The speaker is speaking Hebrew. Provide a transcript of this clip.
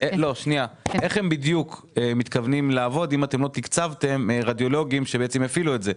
איך הם מתכוונים לעבוד אם לא תקצבתם רדיולוגיים שיפעילו את זה?